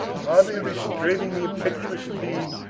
hardly restraining the impetuous team,